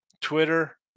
Twitter